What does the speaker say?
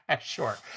Sure